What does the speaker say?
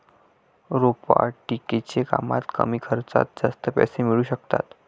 रोपवाटिकेच्या कामात कमी खर्चात जास्त पैसे मिळू शकतात